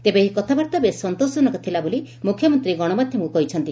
ତେବେ ଏହି କଥାବାର୍ଭା ବେଶ୍ ସନ୍ତୋଷଜନକ ଥିଲା ବୋଲି ମୁଖ୍ୟମନ୍ତୀ ଗଣମାଧ୍ଧମକୁ କହିଛନ୍ତି